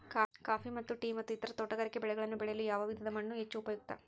Coffee ಮತ್ತು tea ಮತ್ತು ಇತರ ತೋಟಗಾರಿಕೆ ಬೆಳೆಗಳನ್ನು ಬೆಳೆಯಲು ಯಾವ ವಿಧದ ಮಣ್ಣು ಹೆಚ್ಚು ಉಪಯುಕ್ತ?